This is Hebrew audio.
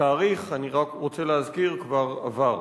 התאריך, אני רק רוצה להזכיר, כבר עבר,